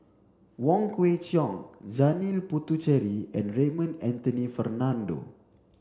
Wong Kwei Cheong Janil Puthucheary and Raymond Anthony Fernando